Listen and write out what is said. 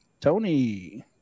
Tony